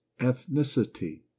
ethnicity